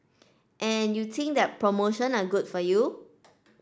and you think that promotion are good for you